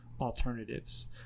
alternatives